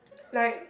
like